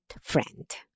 friend